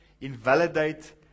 invalidate